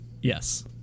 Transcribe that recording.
Yes